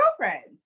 girlfriends